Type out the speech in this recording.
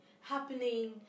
happening